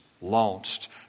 Launched